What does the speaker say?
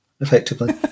effectively